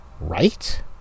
right